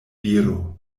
viro